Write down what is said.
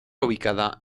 ubicada